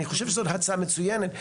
אני חושב שזאת הצעה מצוינת.